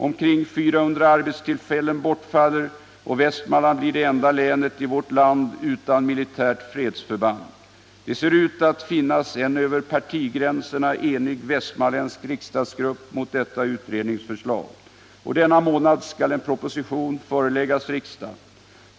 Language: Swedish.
Omkring 400 arbetstillfällen bortfaller, och Västmanland blir det enda länet i vårt land utan militärt fredsförband. Det ser ut att finnas en över partigränserna enig västmanländsk riksdagsgrupp emot detta utredningsförslag. Denna månad skall en proposition föreläggas riksdagen.